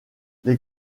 les